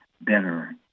better